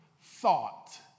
thought